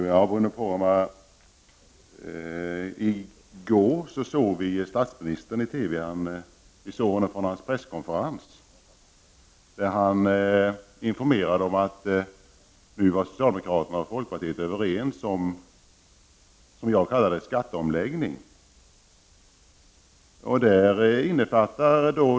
Fru talman! I TV i går kväll såg vi statsminister Ingvar Carlsson tala på en presskonferens, Bruno Poromaa. Han informerade om att socialdemokraterna och folkpartiet nu var överens om — som jag kallar det — skatteomläggningen.